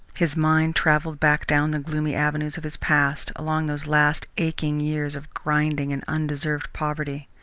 his mind travelled back down the gloomy avenues of his past, along those last aching years of grinding and undeserved poverty.